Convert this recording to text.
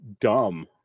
dumb